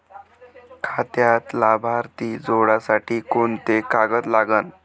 खात्यात लाभार्थी जोडासाठी कोंते कागद लागन?